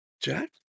Jack